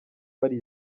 bari